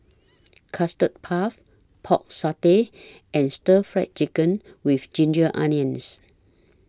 Custard Puff Pork Satay and Stir Fried Chicken with Ginger Onions